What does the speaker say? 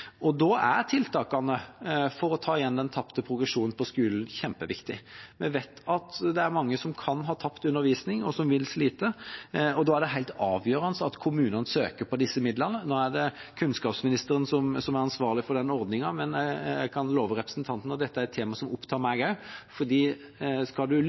Da er tiltakene for å ta igjen den tapte progresjonen på skolen kjempeviktig. Vi vet at det er mange som kan ha tapt undervisning, og som vil slite, og da er det helt avgjørende at kommunene søker på disse midlene. Det er kunnskapsministeren som er ansvarlig for den ordningen, men jeg kan love representanten at dette er et tema som opptar meg også, for skal